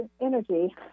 energy